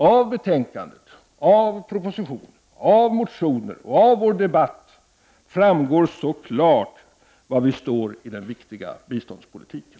Av betänkandet, propositioner och motioner och av debatten framgår klart var vi står i den viktiga biståndspolitiken.